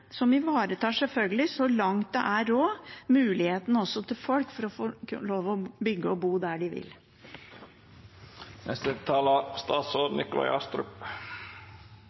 som selvfølgelig ivaretar, så langt det er råd, folks mulighet til å få lov til å bygge og bo der de